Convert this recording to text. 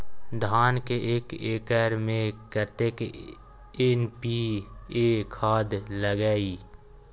धान के एक एकर में कतेक एन.पी.ए खाद लगे इ?